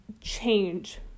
change